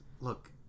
Look